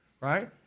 Right